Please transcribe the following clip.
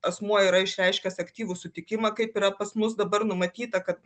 asmuo yra išreiškęs aktyvų sutikimą kaip yra pas mus dabar numatyta kad